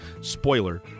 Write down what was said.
Spoiler